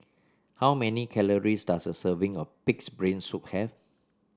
how many calories does a serving of pig's brain soup have